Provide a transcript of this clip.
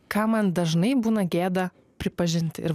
ką man dažnai būna gėda pripažinti ir